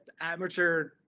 amateur